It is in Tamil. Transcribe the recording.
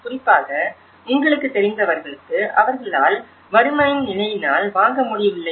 குறிப்பாக உங்களுக்குத் தெரிந்தவர்களுக்கு அவர்களால் வறுமையின் நிலையினால் வாங்க முடியவில்லை